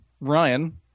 ryan